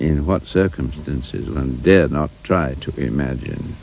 know what circumstances and did not try to imagine